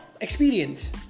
experience